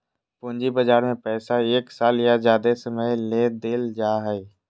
पूंजी बजार में पैसा एक साल या ज्यादे समय ले देल जाय हइ